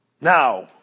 Now